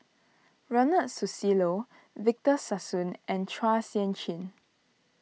Ronald Susilo Victor Sassoon and Chua Sian Chin